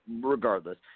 regardless